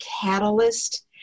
catalyst